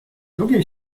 drugiej